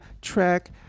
track